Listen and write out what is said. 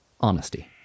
Honesty